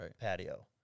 patio